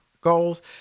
goals